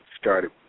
started